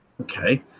Okay